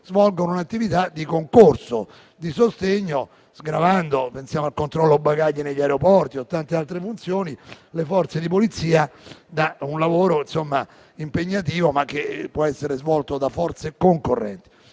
svolgono un'attività di concorso e di sostegno, sgravando - pensiamo al controllo bagagli negli aeroporti o a tante altre funzioni - le Forze di polizia da un lavoro impegnativo, ma che può essere svolto da forze concorrenti.